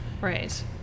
Right